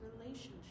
relationship